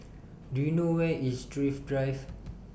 Do YOU know Where IS Thrift Drive